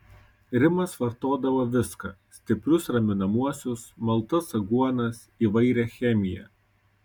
rimas vartodavo viską stiprius raminamuosius maltas aguonas įvairią chemiją